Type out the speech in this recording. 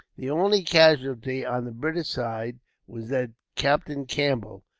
the only casualty on the british side was that captain campbell,